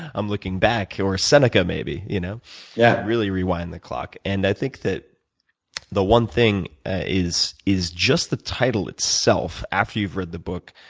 i'm looking back. or seneca, maybe you know yeah really rewind the clock. and i think the one thing is is just the title itself, after you've read the book,